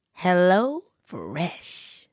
HelloFresh